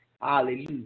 Hallelujah